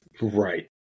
Right